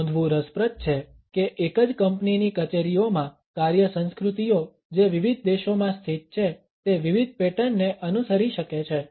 તે નોંધવું રસપ્રદ છે કે એક જ કંપનીની કચેરીઓમાં કાર્ય સંસ્કૃતિઓ જે વિવિધ દેશોમાં સ્થિત છે તે વિવિધ પેટર્નને અનુસરી શકે છે